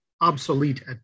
obsolete